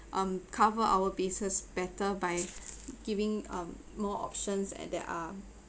um cover our bases better by giving um more options at that are